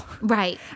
Right